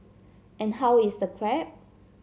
and how is the crab